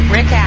Rick